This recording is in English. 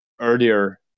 earlier